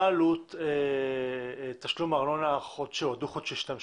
מה עלות תשלום ארנונה דו-חודשי שאתה משלם?